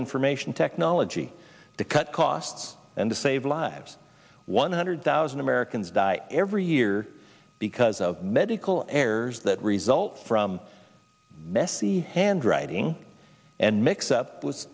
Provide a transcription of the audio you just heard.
information technology to cut costs and to save lives one hundred thousand americans die every year because of medical errors that result from messy handwriting and mix up w